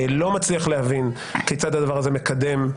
לא מצליח להבין כיצד הדבר הזה מקדם,